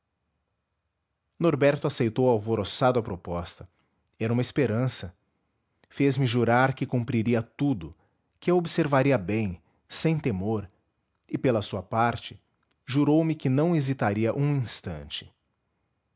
norberto aceitou alvoroçado a proposta era uma esperança fez-me jurar que cumpriria tudo que a observaria bem sem temor e pela sua parte jurou me que não hesitaria um instante